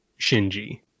Shinji